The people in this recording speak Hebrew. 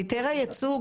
היתר הייצוא,